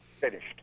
finished